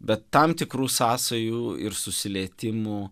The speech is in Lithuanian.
be tam tikrų sąsajų ir susilietimų